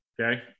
Okay